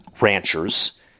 ranchers